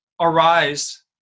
arise